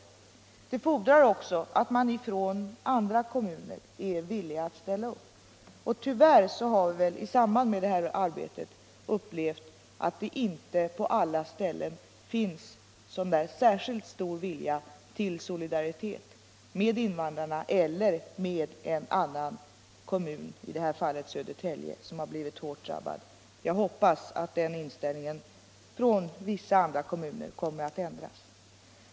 För det fordras också att andra kommuner är villiga att ställa upp, och tyvärr har vi väl i samband med det här arbetet upplevt att det inte på alla ställen finns så särskilt stor vilja till solidaritet med invandrarna eller med en annan kommun, i detta fall Södertälje, som blivit hårt drabbad. Jag hoppas att den inställningen från vissa andra kommuner kommer att ändras.